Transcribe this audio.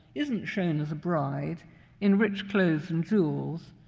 isn't shown as a bride in rich clothes and jewels,